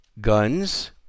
guns